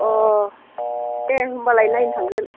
अह दे होनाबालाय नायनो थांगोन